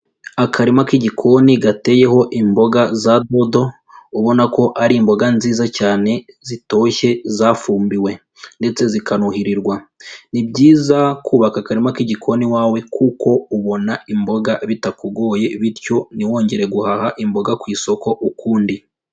Akarima k'igikoni gateyeho imboga za dodo, ubona ko ari imboga nziza cyane zitoshye zafumbiwe. Ndetse zikanuhirirwa. Ni byiza kubaka akarima k'igikoni iwawe kuko ubona imboga bitakugoye bityo ntiwongere guhaha imboga ku isoko ukundi.